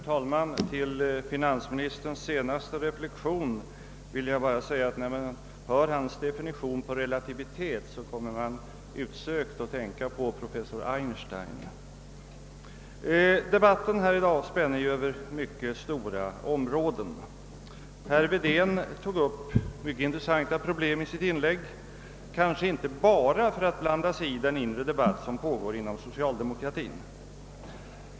Herr talman! Dagens debatt spänner ju över mycket stora områden. Herr Wedén tog upp mycket intressanta problem i sitt inlägg, kanske inte bara för att blanda sig i den inre debatten inom socialdemokratin.